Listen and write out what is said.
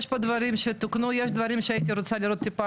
יש פה דברים שתוקנו יש דברים שהייתי רוצה לראות טיפה